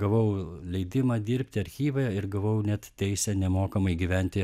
gavau leidimą dirbti archyve ir gavau net teisę nemokamai gyventi